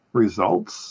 results